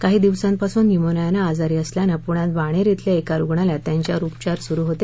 काही दिवसांपासून न्यूमोनियानं आजारी असल्यानं पुण्यात बाणेर अल्या एका रुग्णालयात त्यांच्यावर उपचार सुरु होते